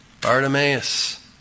Bartimaeus